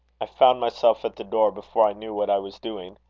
i found myself at the door before i knew what i was doing.